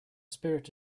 spirit